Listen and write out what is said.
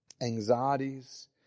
anxieties